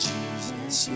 Jesus